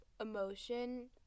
emotion